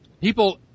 people